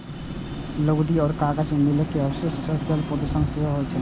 लुगदी आ कागज मिल के अवशिष्ट सं जल प्रदूषण सेहो होइ छै